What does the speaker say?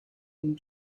and